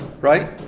right